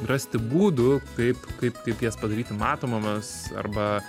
rasti būdų kaip kaip kaip jas padaryti matomomis arba